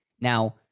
Now